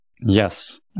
Yes